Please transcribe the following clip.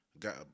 Got